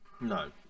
No